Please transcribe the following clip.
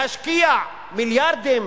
להשקיע מיליארדים